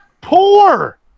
poor